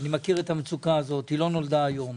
אני מכיר את המצוקה הזאת, היא לא נולדה היום,